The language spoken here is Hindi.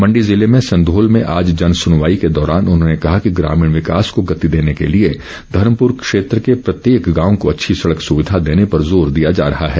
मण्डो जिले में संघोल में आज जनसुनवाई के दौरान उन्होंने कहा कि ग्रामीण विकास को गति देने के लिए धर्मपुर क्षेत्र के प्रत्येक गांव को अच्छी सड़क सुविधा देने पर जोर दिया जा रहा है